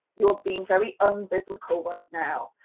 you are being very unbiblical right now,